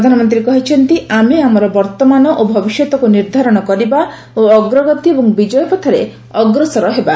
ପ୍ରଧାନମନ୍ତ୍ରୀ କହିଛନ୍ତି ଆମେ ଆମର ବର୍ତମାନ ଓ ଭବିଷ୍ୟତକ୍ତ ନିର୍ଦ୍ଧାରଣ କରିବା ଓ ଅଗ୍ରଗତି ଏବଂ ବିଜୟ ପଥରେ ଅଗ୍ରସର ହେବା